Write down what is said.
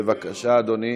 בבקשה, אדוני.